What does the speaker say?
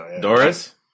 Doris